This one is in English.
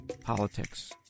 politics